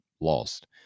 lost